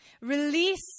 Release